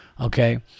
Okay